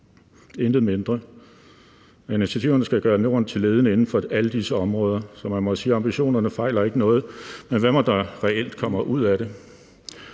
Intet mindre. Initiativerne skal gøre Norden til ledende inden for alle disse områder, så man må sige, at ambitionerne ikke fejler noget. Men hvad mon der reelt kommer ud af det?